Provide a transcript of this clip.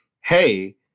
hey